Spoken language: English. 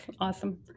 awesome